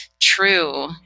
true